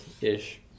ish